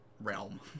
realm